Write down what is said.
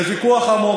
זה ויכוח עמוק.